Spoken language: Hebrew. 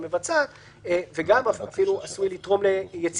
טרקלין אפרים, שזה טרקלין שסיימו את בנייתו